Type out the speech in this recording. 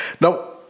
Now